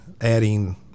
adding